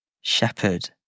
shepherd